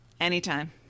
anytime